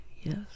yes